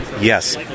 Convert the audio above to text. Yes